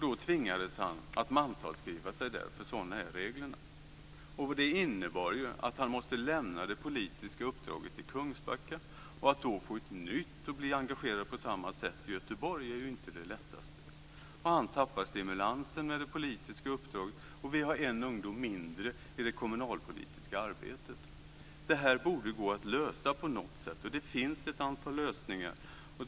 Då tvingades han att mantalsskriva sig där, för sådana är reglerna. Det innebar att han måste lämna det politiska uppdraget i Kungsbacka. Att då få ett nytt och bli engagerad på samma sätt i Göteborg är inte det lättaste. Han tappade stimulansen med det politiska uppdraget, och vi har en ungdom mindre i det kommunalpolitiska arbetet. Det borde gå att lösa på något sätt. Det finns ett antal lösningar.